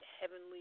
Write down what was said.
heavenly